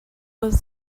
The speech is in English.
was